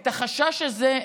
את החשש הזה,